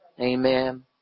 Amen